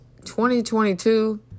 2022